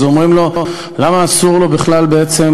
אז אומרים לו למה אסור לו בכלל בעצם